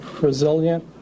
resilient